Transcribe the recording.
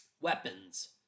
Weapons